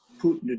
Putin